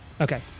Okay